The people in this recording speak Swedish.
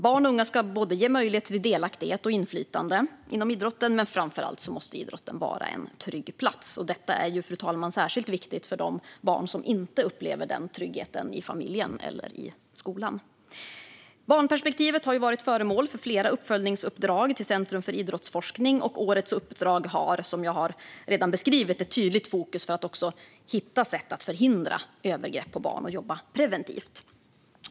Barn och unga ska ges möjlighet till delaktighet och inflytande inom idrotten. Men framför allt måste idrotten vara en trygg plats. Detta är, fru talman, särskilt viktigt för de barn som inte upplever denna trygghet i familjen eller i skolan. Barnperspektivet har varit föremål för flera uppföljningsuppdrag till Centrum för idrottsforskning. Och årets uppdrag har, som jag redan har beskrivit, ett tydligt fokus på att man ska hitta sätt att förhindra övergrepp på barn och jobba preventivt.